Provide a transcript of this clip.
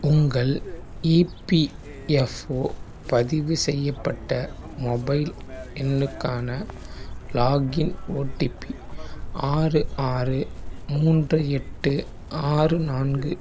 உங்கள் இபிஎஃப்ஒ பதிவு செய்யப்பட்ட மொபைல் எண்ணுக்கான லாக்இன் ஓடிபி ஆறு ஆறு மூன்று எட்டு ஆறு நான்கு